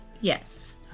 Yes